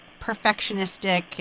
perfectionistic